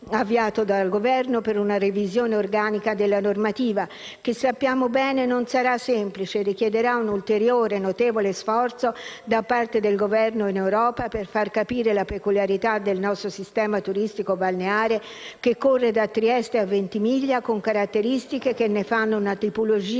avviato dal Governo per una revisione organica della normativa che, sappiamo bene, non sarà semplice e richiederà un ulteriore e notevole sforzo da parte del Governo in Europa per far capire la peculiarità del nostro sistema turistico balneare, sistema che corre da Trieste a Ventimiglia con caratteristiche che ne fanno una tipologia